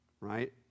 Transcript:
right